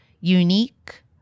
unique